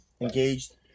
engaged